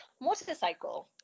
motorcycle